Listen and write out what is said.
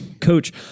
Coach